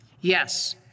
Yes